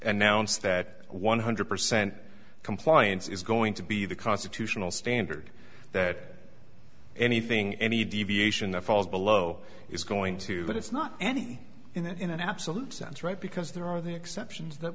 announce that one hundred percent compliance is going to be the constitutional standard that anything any deviation that falls below is going to but it's not any in an absolute sense right because there are the exceptions that